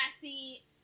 see